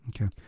Okay